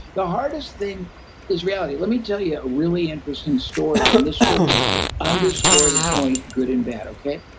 the hardest thing is reality. let me tell you a really interesting story, and this will underscore the point, good and bad, okay?